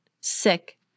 sick